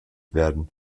werden